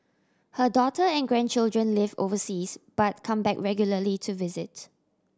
her daughter and grandchildren live overseas but come back regularly to visit